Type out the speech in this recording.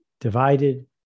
divided